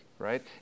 Right